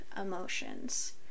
emotions